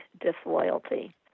disloyalty